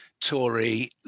Tory